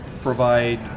provide